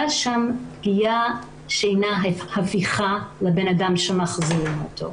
שם פגיעה שאינה הפיכה לבן אדם שמחזירים אותו.